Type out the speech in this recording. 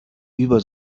über